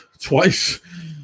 twice